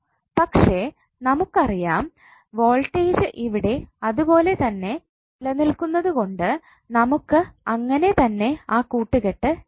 പക്ഷേ നമുക്കറിയാം വോൾടേജ് ഇവിടെ അതുപോലെതന്നെ നിലനിൽക്കുന്നതുകൊണ്ട് നമുക്ക് അങ്ങനെ തന്നെ ആ കൂട്ടുകെട്ട് എടുക്കാം